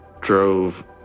drove